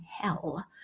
hell